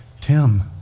Tim